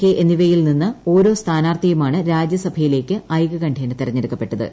K എന്നിവയിൽ നിന്ന് ഓരോ സ്ഥാനാർത്ഥിയുമാണ് രാജ്യസഭയിലയ്ക്ക് ഐകകണ്ഠ്യേന തിരഞ്ഞെടുക്കപ്പെട്ടത്